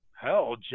Hell